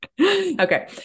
Okay